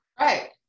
Right